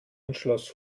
entschloss